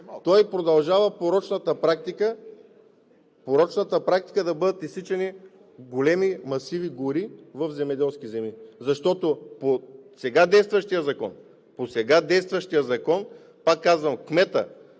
то продължава порочната практика да бъдат изсичани големи масиви гори в земеделски земи. Защото по сега действащия Закон, пак казвам, кметът,